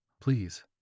Please